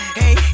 hey